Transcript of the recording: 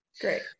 Great